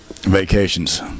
vacations